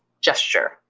gesture